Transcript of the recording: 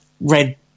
red